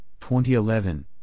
2011